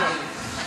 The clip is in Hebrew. גם, כן.